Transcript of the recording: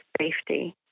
safety